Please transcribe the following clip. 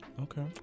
okay